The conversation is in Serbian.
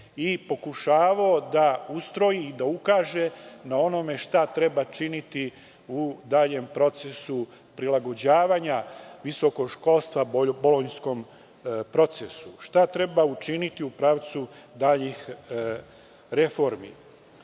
i pokušavao da ustroji i da ukaže na onome šta treba činiti u daljem procesu prilagođavanja visokog školstva bolonjskom procesu, šta treba učiniti u procesu daljih reformi. Drugo,